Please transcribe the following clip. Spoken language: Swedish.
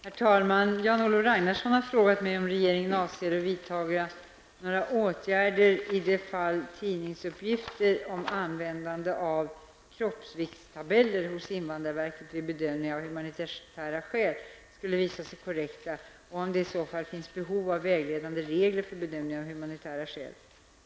Herr talman! Jan-Olof Ragnarsson har frågat mig om regeringen avser att vidta några åtgärder i det fall tidningsuppgifter om användande av ''kroppsviktstabeller'' hos invandrarverket vid bedömningen av humanitära skäl skulle visa sig korrekta och om det i så fall finns behov av vägledande regler för bedömningen av humanitära skäl.